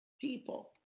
people